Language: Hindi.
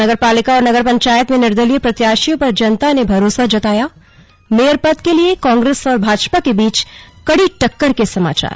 नगरपालिका और नगर पंचायत में निर्दलीय प्रत्याशियों पर जनता ने भरोसा जतायामेयर पद के लिए कांग्रेस और भाजपा के बीच कड़ी टक्कर के समाचार